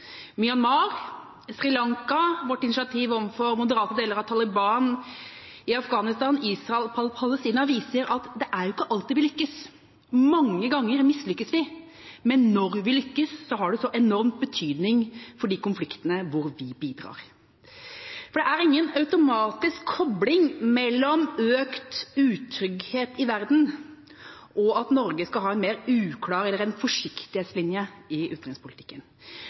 Myanmar, Sri Lanka, vårt initiativ overfor moderate deler av Taliban i Afghanistan, Israel og Palestina viser at det er ikke alltid vi lykkes. Mange ganger mislykkes vi, men når vi lykkes, har det enorm betydning for de konfliktene hvor vi bidrar. Det er ingen automatisk kobling mellom økt utrygghet i verden og at Norge skal ha en mer uklar eller en forsiktighetslinje i utenrikspolitikken.